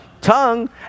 tongue